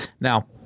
Now